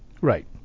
Right